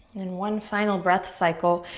then one final breath cycle,